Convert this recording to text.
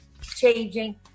changing